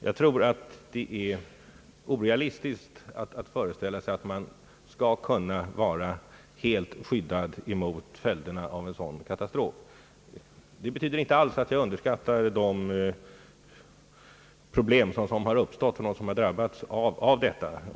Jag tror att det är orealistiskt att föreställa sig att man skall kunna vara helt skyddad mot följderna av en sådan katastrof. Det betyder inte alls att jag underskattar de problem som uppstått för dem som har drabbats av detta.